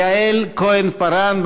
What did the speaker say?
יעל כהן-פארן,